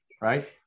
right